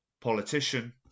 politician